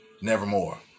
Nevermore